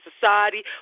society